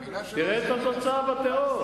תראה את התוצאה בטרור.